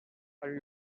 are